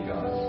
God